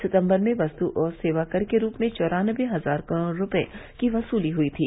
सितम्बर में वस्तु और सेवा कर के रूप में चौरानबे हजार करोड़ रुपये की वसूली हुई थी